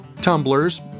tumblers